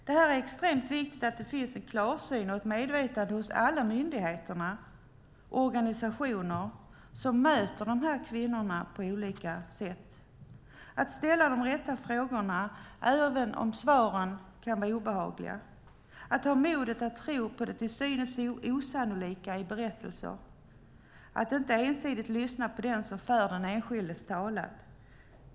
Det är mycket viktigt att det finns en klarsyn och en medvetenhet hos alla myndigheter och organisationer som möter dessa kvinnor på olika sätt. Man måste ställa de rätta frågorna även om svaren kan vara obehagliga. Man måste ha modet att tro på det till synes osannolika i berättelser och inte ensidigt lyssna på den som för den enskildes talan.